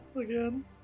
again